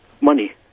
money